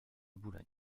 bologne